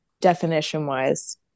definition-wise